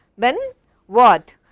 ben what?